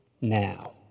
now